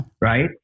right